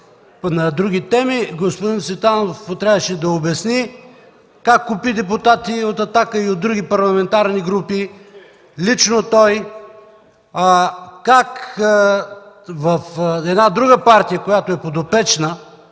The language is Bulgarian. на други теми, господин Цветанов трябваше да обясни как купи депутати от „Атака” и от други парламентарни групи – лично той, как в една друга партия, която е подопечна